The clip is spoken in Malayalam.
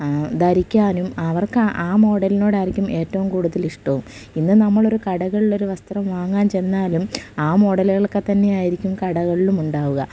ധരിക്കാനും അവർക്ക് ആ മോഡലിനോടായിരിക്കും ഏറ്റവും കൂടുതൽ ഇഷ്ടവും ഇന്ന് നമ്മളൊരു കടകളിലൊരു വസ്ത്രം വാങ്ങാൻ ചെന്നാലും ആ മോഡലുകളൊക്കെ തന്നെയായിരിക്കും കടകളിലുമുണ്ടാവുക